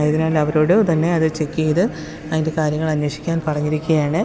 ആയതിനാല് അവരോട് തന്നെ അത് ചെക്ക് ചെയ്ത് അതിന്റെ കാര്യങ്ങള് അന്വേഷിക്കാന് പറഞ്ഞിരിക്കുകയാണ്